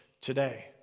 today